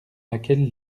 laquelle